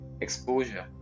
exposure